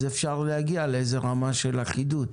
אפשר להגיע לאיזו רמה של אחידות.